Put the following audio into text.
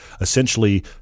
essentially